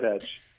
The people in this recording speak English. edge